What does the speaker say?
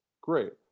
Great